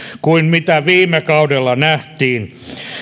kuin mitä viime kaudella nähtiin